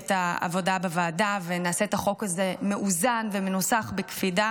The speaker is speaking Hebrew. את העבודה בוועדה ונעשה את החוק הזה מאוזן ומנוסח בקפידה.